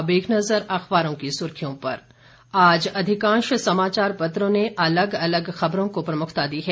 अब एक नजर अखबारों की सुर्खियों पर आज अधिकांश समाचार पत्रों ने अलग अलग खबरों को प्रमुखता दी है